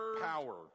power